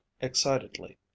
excitedly